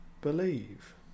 believe